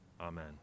amen